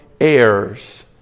heirs